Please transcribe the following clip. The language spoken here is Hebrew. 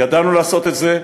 ידענו לעשות את זה,